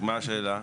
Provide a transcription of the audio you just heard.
מה השאלה?